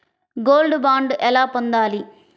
Gold bond ఎలా పొందాలి?